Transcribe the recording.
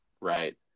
right